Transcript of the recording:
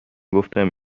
گفتم